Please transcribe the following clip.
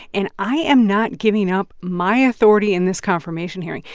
and i am not giving up my authority in this confirmation hearing.